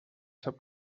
sap